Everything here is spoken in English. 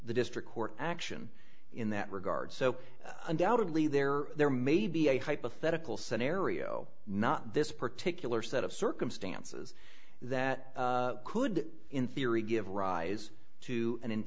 the district court action in that regard so undoubtedly there there may be a hypothetical scenario not this particular set of circumstances that could in theory give rise to an